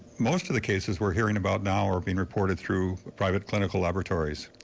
most of the cases we're hearing about now are being reported through private clinical laboratories.